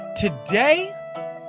Today